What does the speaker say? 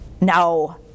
No